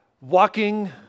walking